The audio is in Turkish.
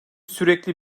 sürekli